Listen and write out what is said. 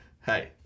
Hey